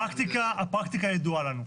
הפרקטיקה ידועה לנו.